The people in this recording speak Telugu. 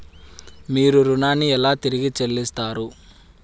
మీరు ఋణాన్ని ఎలా తిరిగి చెల్లిస్తారు?